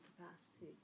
capacity